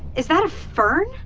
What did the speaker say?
is that a fern?